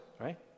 right